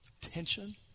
tension